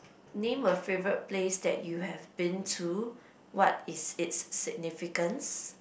name a favourite place that you have been to what is it's significance